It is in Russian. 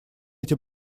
эти